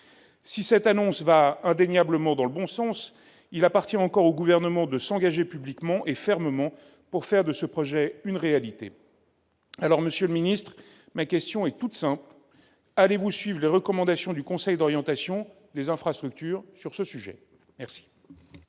Si cette annonce va indéniablement dans le bon sens, il appartient encore au Gouvernement de s'engager publiquement et fermement pour faire de ce projet une réalité. Monsieur le secrétaire d'État, ma question est toute simple : allez-vous suivre les recommandations du Conseil d'orientation des infrastructures sur ce sujet ? La